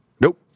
Nope